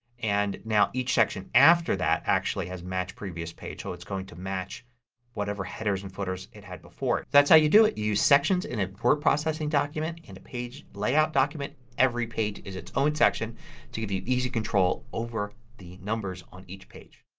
and now each section after that actually has match previous page. so it's going to match whatever headers and footers it had before. that's how you do it. you use sections in a word processing document and in a page layout document every page is its own section to give you easy control over the numbers on each page.